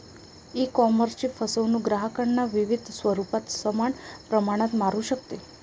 ईकॉमर्सची फसवणूक ग्राहकांना विविध स्वरूपात समान प्रमाणात मारू शकते